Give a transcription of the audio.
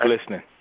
listening